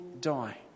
die